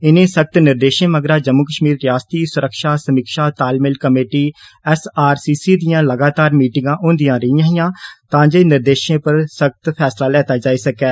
इनें सख्त निर्देशों मगरा जम्मू कश्मीर रियास्ती सुरक्षा समीक्षा तालमेल कमेटी दियां लगातार मीटिंगा होंदियां रौंह्दियां हियां तां जे निर्देशें पर सख्त फैसला लैता जाई सकै